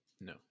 No